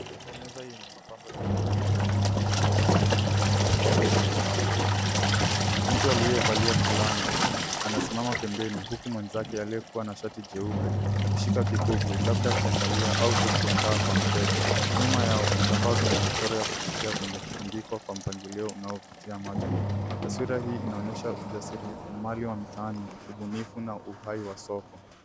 Meza yenye mapambo ya rangi ya ngavu imesheheni vikuku vya mitindo mbalimbali. Mtu aliyevalia fulana anasimama pembeni huku mwenzake aliyekuwa na shati jeupe akishika kikuku, labda akiangalia au akikiandaa kwa mteja. Nyuma yao, vitambaa vyenye michoro ya kuvutia vimetundikwa kwa mpangilio unaovutia macho. Taswira hii inaonyesha ujasiriamali wa mitaani, ubunifu na uhai wa soko.